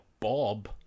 Bob